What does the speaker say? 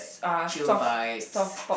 chill vibes